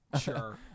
Sure